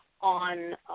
on